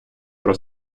про